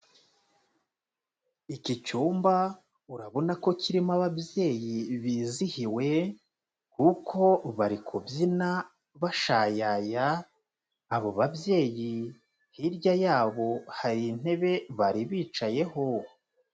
Iki cyumba urabona ko kirimo ababyeyi bizihiwe kuko bari kubyina bashayaya, abo babyeyi hirya yabo hari intebe bari bicayeho.